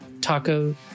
taco